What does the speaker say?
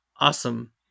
Awesome